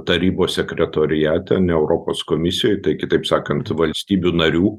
tarybos sekretoriate ne europos komisijoj kitaip sakant valstybių narių